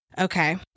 Okay